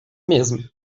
mesmo